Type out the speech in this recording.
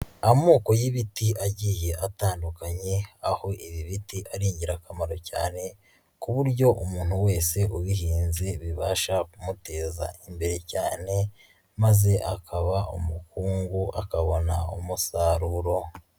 Amoko y'ibiti agiye atandukanye, aho ibi biti ari ingirakamaro cyane ku buryo umuntu wese ubihinze bibasha kumuteza imbere cyane, maze akaba umukungu akabona umusaruro.